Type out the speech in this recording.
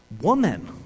woman